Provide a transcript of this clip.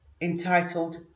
entitled